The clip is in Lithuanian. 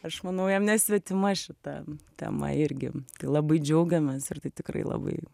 aš manau jam nesvetima šita tema irgi tai labai džiaugiamės ir tai tikrai labai